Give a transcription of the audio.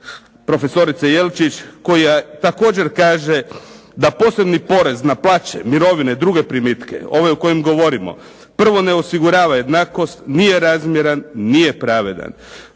Jelčić koja također kaže da posebni porez na plaće, mirovine, druge primitke, ove o kojim govorimo. Prvo, ne osigurava jednakost, nije razmjeran, nije pravedan.